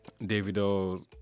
Davido